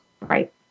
Right